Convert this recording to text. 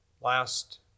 last